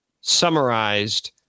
summarized